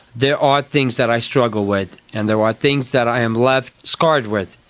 there are things that i struggle with and there are things that i am left scarred with.